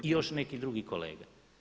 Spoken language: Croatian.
I još neki drugi kolega.